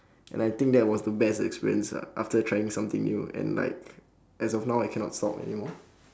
and I think that was the best experience ah after trying something new and like as of now I cannot stop anymore